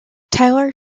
tyler